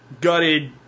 gutted